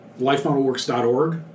lifemodelworks.org